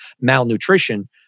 malnutrition